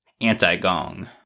Anti-Gong